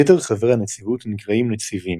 יתר חברי הנציבות נקראים "נציבים",